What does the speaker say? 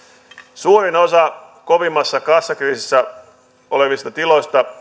suurin osa kovimmassa kassakriisissä olevista tiloista